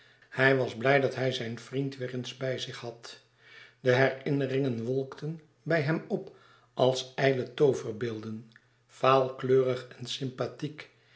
hij was blij dat hij zijn vriend weêr eens bij zich had de herinneringen wolkten bij hem op als ijle tooverbeelden vaalkleurig en sympathiek